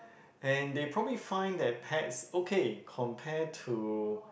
and they probably find their pets okay compare to